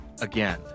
again